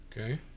Okay